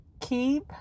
keep